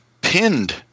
pinned